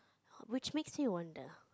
which makes me wonder